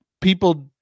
people